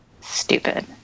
stupid